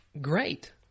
great